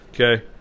Okay